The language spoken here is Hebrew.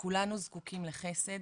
כולנו זקוקים לחסד,